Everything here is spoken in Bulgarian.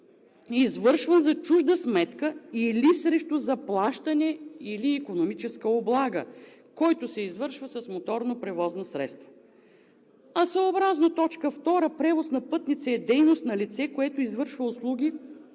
извършван за чужда сметка или срещу заплащане, или икономическа облага, който се извършва с моторно превозно средство“. А съобразно т. 2: „Превоз на пътници“ е дейност на лице, което извършва услуги